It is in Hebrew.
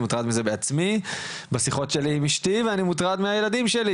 אני מוטרד מזה בעצמי בשיחות שלי עם אשתי ואני מוטרד מהילדים שלי,